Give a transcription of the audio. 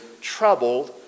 troubled